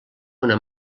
una